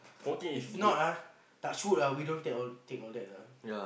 if not ah touch wood ah we don't tell take all that lah